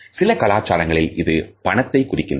சில கலாச்சாரங்களில் இது பணத்தை குறிக்கிறது